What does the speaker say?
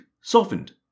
softened